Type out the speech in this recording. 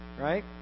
right